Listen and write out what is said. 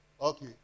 Okay